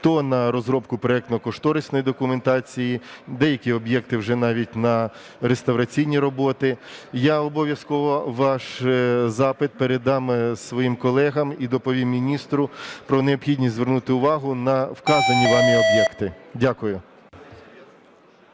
хто на розробку проектно-кошторисної документації, деякі об'єкти – вже навіть на реставраційні роботи. Я обов'язково ваш запит передам своїм колегам і доповім міністру про необхідність звернути увагу на вказані вами об'єкти. Дякую.